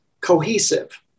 cohesive